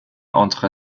entre